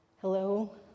Hello